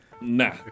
Nah